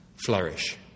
Flourish